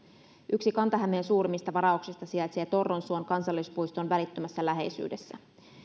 yksi kanta hämeen suurimmista varauksista sijaitsee torronsuon kansallispuiston välittömässä läheisyydessä